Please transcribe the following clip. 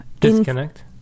disconnect